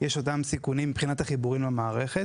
יש את אותם הסיכונים מבחינת החיבורים למערכת